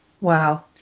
Wow